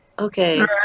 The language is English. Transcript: Okay